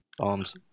arms